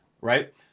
right